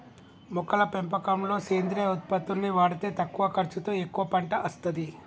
మొక్కల పెంపకంలో సేంద్రియ ఉత్పత్తుల్ని వాడితే తక్కువ ఖర్చుతో ఎక్కువ పంట అస్తది